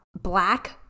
Black